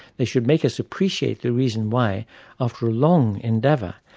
they should make us appreciate the reason why after a long endeavour,